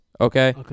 Okay